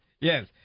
Yes